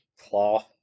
claw